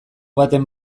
baten